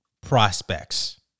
prospects